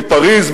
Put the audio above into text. מפריס,